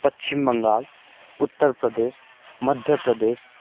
Paschim Bangal Uttar Pradesh Madhya Pradesh